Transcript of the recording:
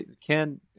Ken